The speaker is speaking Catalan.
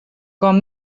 com